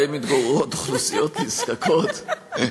שבהם מתגוררות אוכלוסיות נזקקות,